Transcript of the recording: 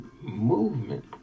movement